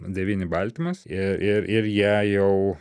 devyni baltymas ir ir ir jie jau